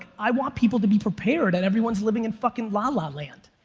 i want people to be prepared, and everyone's living in fucking la-la land.